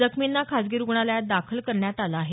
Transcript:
जखमींना खासगी रुग्णालयात दाखल करण्यात आलं आहे